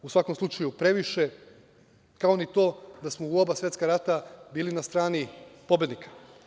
U svakom slučaju previše, kao ni to da smo u oba svetska rata bili na strani pobednika.